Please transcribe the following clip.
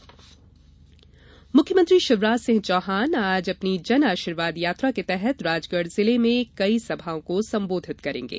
जनआशीर्वाद यात्रा मुख्यमंत्री शिवराज सिंह चौहान आज अपनी जन आशीर्वाद यात्रा के तहत राजगढ जिले में कई सभाओं को संबोधित करेंगे